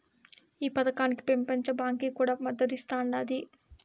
ఈ పదకానికి పెపంచ బాంకీ కూడా మద్దతిస్తాండాది